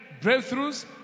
breakthroughs